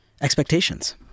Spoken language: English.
Expectations